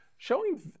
showing